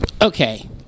okay